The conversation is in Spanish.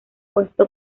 puesto